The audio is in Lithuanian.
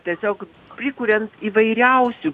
tiesiog prikuriant įvairiausių